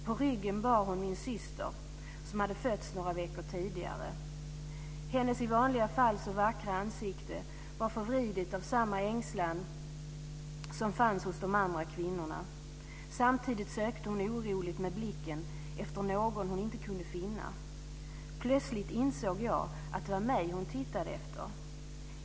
På ryggen bar hon min syster som hade fötts några veckor tidigare. Hennes i vanliga fall så vackra ansikte var förvridet av samma ängslan som fanns hos de andra kvinnorna. Samtidigt sökte hon oroligt med blicken efter någon hon inte kunde finna. Plötsligt insåg jag att det var mig hon tittade efter.